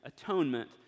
atonement